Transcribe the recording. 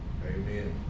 Amen